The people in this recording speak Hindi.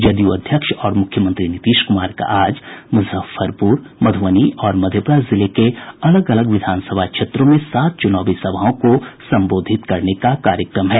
जदयू अध्यक्ष और मुख्यमंत्री नीतीश कुमार का आज मुजफ्फरपुर मधुबनी और मधेपुरा जिले के अलग अलग विधानसभा क्षेत्रों में सात चुनावी सभाओं को संबोधित करने का कार्यक्रम है